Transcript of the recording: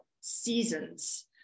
seasons